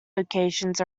locations